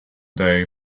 day